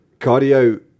cardio